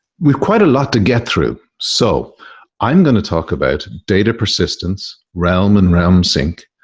we have quite a lot to get through. so i'm going to talk about data persistence, realm and realm sync,